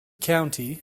county